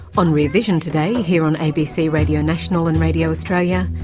on rear vision today, here on abc radio national and radio australia,